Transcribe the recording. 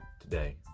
today